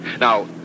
Now